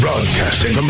Broadcasting